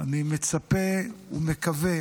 אני מצפה ומקווה